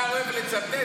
אתה אוהב לצטט?